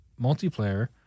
multiplayer